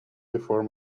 before